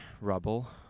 rubble